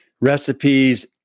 recipes